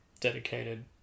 dedicated